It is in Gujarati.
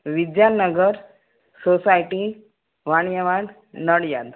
વિદ્યાનગર સોસાયટી વાણીયાવાડ નડિયાદ